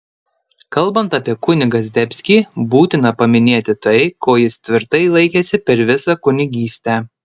kalbant apie kunigą zdebskį būtina paminėti tai ko jis tvirtai laikėsi per visą kunigystę